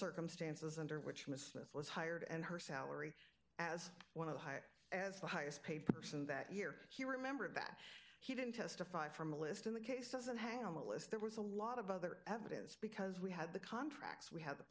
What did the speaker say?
circumstances under which mistress was hired and her salary as one of the high as the highest paid person that year he remembered that he didn't testify from a list in the case doesn't hang on the list there was a lot of other evidence because we had the contracts we had the